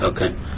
Okay